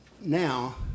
now